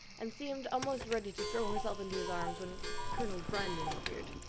and seemed almost ready to throw herself into his arms, when colonel brandon appeared.